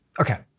Okay